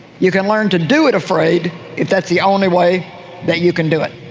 you can learn to do it afraid if that's the only way that you can do it.